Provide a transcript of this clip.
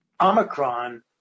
Omicron